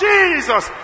Jesus